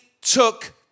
took